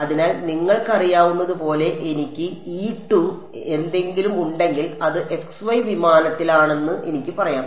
അതിനാൽ നിങ്ങൾക്കറിയാവുന്നതുപോലെ എനിക്ക് എന്തെങ്കിലും ഉണ്ടെങ്കിൽ ഇത് xy വിമാനത്തിലാണെന്ന് എനിക്ക് പറയാം